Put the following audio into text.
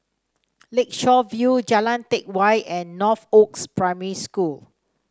Lakeshore View Jalan Teck Whye and Northoaks Primary School